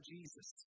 Jesus